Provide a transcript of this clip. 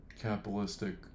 capitalistic